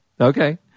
Okay